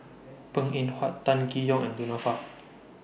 Png Eng Huat Tan Tee Yoke and Du Nanfa